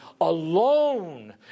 alone